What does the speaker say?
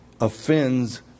offends